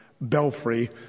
Belfry